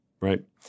right